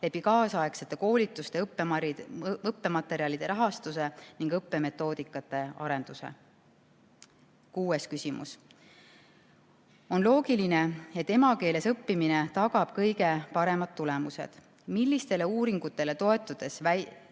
kaasaegsete koolituste ja õppematerjalide rahastuse ning õppemetoodikate arendusega. Kuues küsimus: "On loogiline, et emakeeles õppimine tagab kõige paremad tulemused. Millistele uuringutele toetute väites,